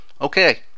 Okay